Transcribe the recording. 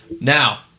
Now